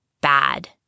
bad